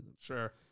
Sure